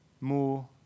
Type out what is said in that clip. more